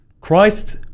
Christ